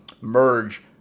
merge